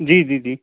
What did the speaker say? जी जी जी